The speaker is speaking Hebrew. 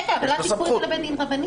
רגע, אבל אל תיקחו את זה לבית דין רבני.